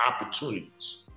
opportunities